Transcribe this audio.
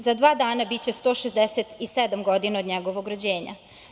Za dva dana biće 167 godina od njegovog rođenja.